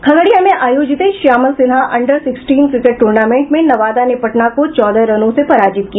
खगड़िया में आयोजित Shyamal Sinha under sixteen cricket tournament में नवादा ने पटना को चौदह रनों से पराजित किया